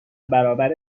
برابر